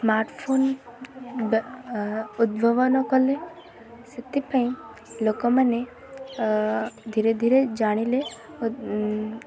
smart phone ଉଦ୍ଭାବନ କଲେ ସେଥିପାଇଁ ଲୋକମାନେ ଧୀରେ ଧୀରେ ଜାଣିଲେ